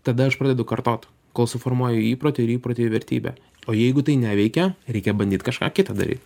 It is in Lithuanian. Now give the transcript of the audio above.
tada aš pradedu kartot kol suformuoju įprotį ir įprotį į vertybę o jeigu tai neveikia reikia bandyt kažką kitą daryt